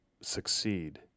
succeed